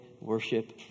worship